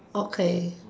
okay